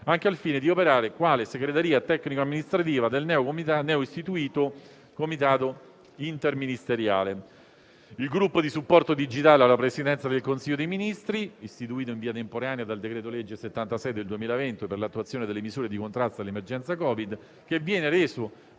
anche al fine di operare quale segreteria tecnico-amministrativa del neo istituito Comitato interministeriale. Il gruppo di supporto digitale alla Presidenza del Consiglio dei ministri, istituito in via temporanea dal decreto-legge n. 76 del 2020 per l'attuazione delle misure di contrasto all'emergenza Covid, viene reso